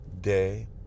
day